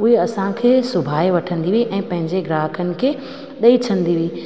उहे असांखे सिबाए वठंदी हुई ऐं पंहिंजे ग्राहकनि खे ॾई छॾंदी हुई